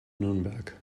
nürnberg